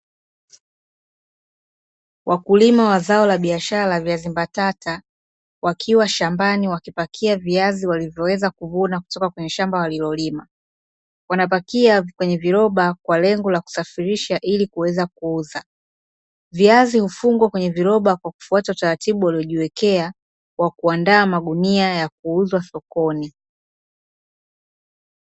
Wakulima wa zao la biashara la viazi mbatata wakiwa shambani wakipakia viazi walivyo weza kuvuna, kutoka kweye shamba walilolima, wanapakia kwenye viroba kwa lengo la kusafirisha ili kuweza kuuza viazi hufungwa kwenye viroba kwa kufuata utaratibu waliojiwekea wakuandaa magunia ya kuuzwa sokoni.